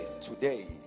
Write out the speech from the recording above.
Today